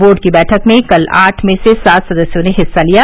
board की बैठक में कल आठ में से सात सदस्यों ने हिस्सा लिया